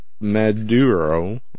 Maduro